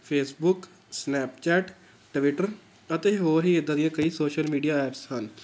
Facebook Snapchat Twitter ਅਤੇ ਹੋਰ ਹੀ ਇੱਦਾਂ ਦੀਆਂ ਕਈ ਸੋਸ਼ਲ ਮੀਡੀਆ ਐਪਸ ਹਨ